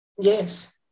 Yes